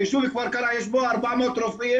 היישוב כפר קרע יש בו 400 רופאים,